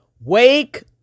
Wake